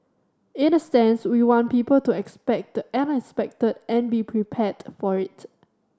in a sense we want people to expect the unexpected and be prepared for it